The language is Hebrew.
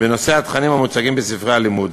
בנושא התכנים המוצגים בספרי הלימוד.